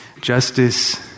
Justice